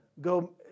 go